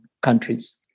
countries